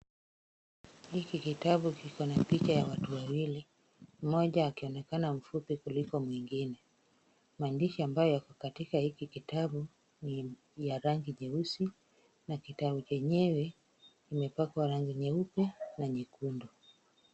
Hiki kitabu kiko na picha ya watu wawili, mmoja akionekana mfupi kuliko mwingine. Maandishi ambayo yako katika hiki kitabu , ni ya rangi jeusi, na kitabu chenyewe kimepakwa rangi nyeupe na nyekundu.